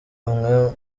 umwe